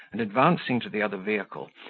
and, advancing to the other vehicle,